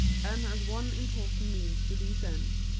and as one important means to these ends,